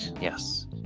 yes